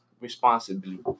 responsibly